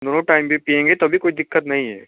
दोनों टाइम भी पिएँगे तो भी कोई दिक़्क़त नहीं है